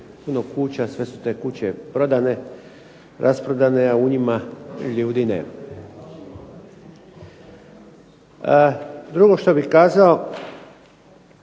puno kuća, sve su te kuće prodane, rasprodane a u njima ljudi nema. Drugo što bih kazao